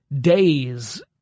days